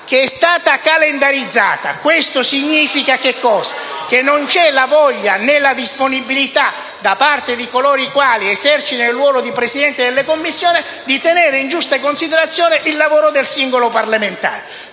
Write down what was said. che sia stata calendarizzata. Questo significa che non ci sono né la voglia, né la disponibilità da parte di coloro che esercitano il ruolo di Presidente di Commissione di tenere in giusta considerazione il lavoro del singolo parlamentare.